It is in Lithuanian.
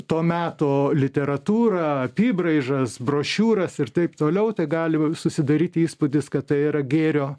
to meto literatūrą apybraižas brošiūras ir taip toliau tai gali susidaryti įspūdis kad tai yra gėrio